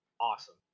awesome